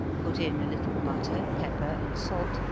put in a little butter, pepper, and salt,